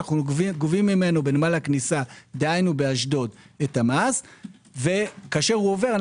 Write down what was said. גובים ממנו בנמל הכניסה דהיינו באשדוד את המס וכשהוא עובר,